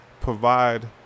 provide